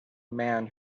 man